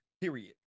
period